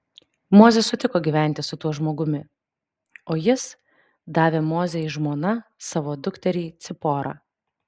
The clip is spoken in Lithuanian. mozė sutiko gyventi su tuo žmogumi o jis davė mozei žmona savo dukterį ciporą